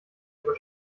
über